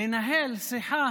לנהל שיחה